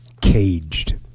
caged